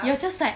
you're just like